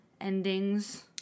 endings